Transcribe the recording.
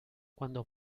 cuando